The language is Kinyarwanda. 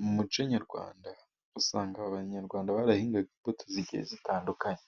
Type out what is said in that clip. Mu muco nyarwanda ,usanga abanyarwanda barahingaga imbuto zigiye zitandukanye.